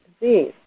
disease